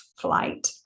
flight